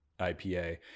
IPA